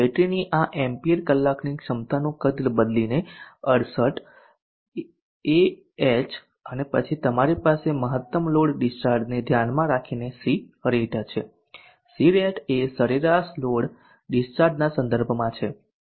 બેટરીની આ એમ્પીયર કલાકની ક્ષમતાનું કદ બદલીને 68 Ah અને પછી તમારી પાસે મહત્તમ લોડ ડિસ્ચાર્જને ધ્યાનમાં રાખીને C રેટ છે C રેટ એ સરેરાશ લોડ ડીસ્ચાર્જ ના સંદર્ભમાં છે